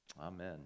Amen